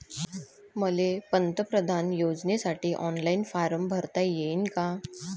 मले पंतप्रधान योजनेसाठी ऑनलाईन फारम भरता येईन का?